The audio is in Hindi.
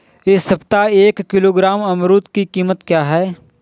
इस सप्ताह एक किलोग्राम अमरूद की कीमत क्या है?